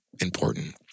important